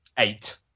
Eight